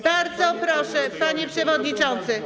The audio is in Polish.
Bardzo proszę, panie przewodniczący.